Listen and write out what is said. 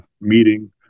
meeting